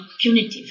punitive